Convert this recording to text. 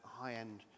high-end